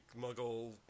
muggle